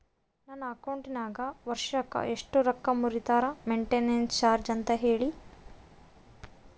ನನ್ನ ಅಕೌಂಟಿನಾಗ ವರ್ಷಕ್ಕ ಎಷ್ಟು ರೊಕ್ಕ ಮುರಿತಾರ ಮೆಂಟೇನೆನ್ಸ್ ಚಾರ್ಜ್ ಅಂತ ಹೇಳಿ?